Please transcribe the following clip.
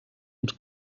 uns